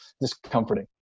discomforting